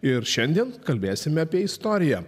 ir šiandien kalbėsime apie istoriją